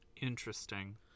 interesting